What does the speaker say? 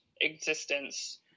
existence